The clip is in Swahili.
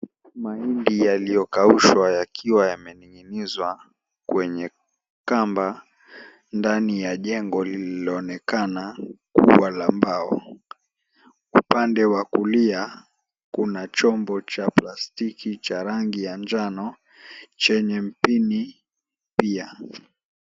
Mahindi yaliyokaushwa yakiwa yamening'inizwa kwenye kamba ndani ya jengo lililoonekana kuwa la mbao. Upande wa kulia kuna chombo cha plastiki cha rangi ya njano chenye mpini pia.